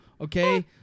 okay